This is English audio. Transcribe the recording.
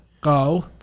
go